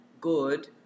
good